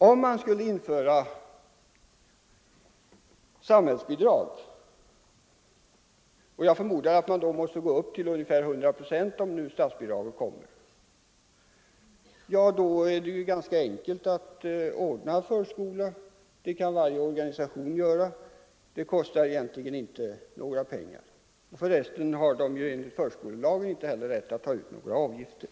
Om man skulle införa samhällsbidrag — och jag förmodar att man då måste gå upp till ungefär 100 procent — så är det ganska enkelt att ordna förskola. Det kan varje organisation göra. Och det kostar egentligen inte några pengar. Enligt förskolelagen har man för övrigt inte rätt att ta ut några avgifter.